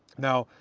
now,